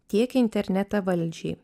tiekia internetą valdžiai